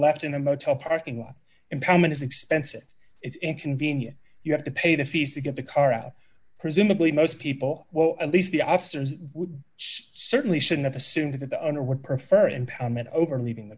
left in a motel parking lot impairment is expensive it's inconvenient you have to pay the fees to get the car out presumably most people will at least the officers would certainly shouldn't assume that the under would prefer impoundment over needing the